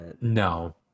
no